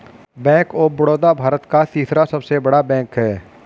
bank of Baroda Bharat का तीसरा सबसे बड़ा बैंक हैं